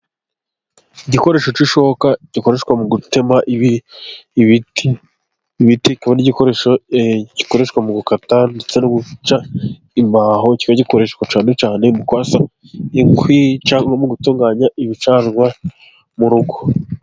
Igikoresho cy'ishoka gikoreshwa mu gutema ibiti akaba n'igikoresho gikoreshwa mu gukata ndetse no guca imbaho, kikaba gikoreshwa cyane cyane mu kwasa inkwi cyangwa mu gutunganya ibicanwa mu rugo.